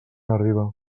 arriba